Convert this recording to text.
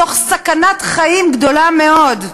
תוך סכנת חיים גדולה מאוד,